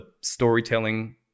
storytelling